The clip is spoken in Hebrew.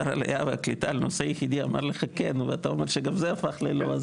זה הנושא היחידי ששר העלייה וקליטה אמר לך כן ואתה אומר שגם זה הפך ללא,